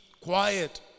quiet